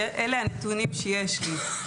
אלה הנתונים שיש לי.